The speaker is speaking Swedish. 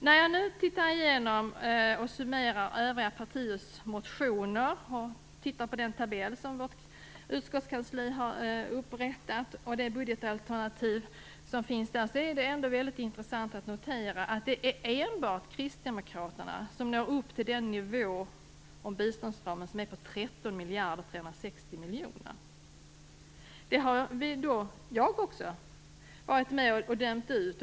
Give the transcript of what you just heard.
När jag nu tittar igenom och summerar övriga partiers motioner och tittar på den tabell som vårt utskottskansli har upprättat och det budgetalternativ som finns där, är det väldigt intressant att notera att det enbart är Kristdemokraterna som når upp till den nivå på biståndsramen som är på 13 360 000 000. Detta är något som vi - jag också - har dömt ut.